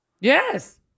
Yes